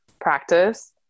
practice